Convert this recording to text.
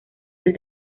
del